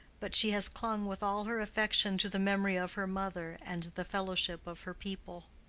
but she has clung with all her affection to the memory of her mother and the fellowship of her people.